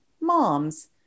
moms